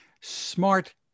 smart